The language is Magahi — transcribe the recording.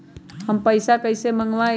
हम पैसा कईसे मंगवाई?